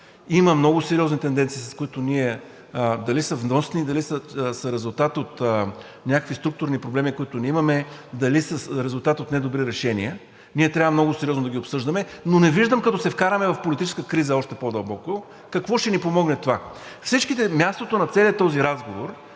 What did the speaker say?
има много сериозни тенденции, с които – дали са вносни, дали са резултат от някакви структурни проблеми, които ние имаме, дали са резултат от недобри решения – ние трябва много сериозно да ги обсъждаме, но не виждам, като се вкараме в политическа криза още по-дълбоко, какво ще ни помогне това. Мястото на целия този разговор